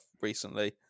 recently